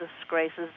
disgraces